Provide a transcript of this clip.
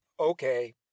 Okay